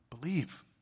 believe